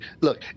look